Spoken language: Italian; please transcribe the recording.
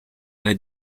alle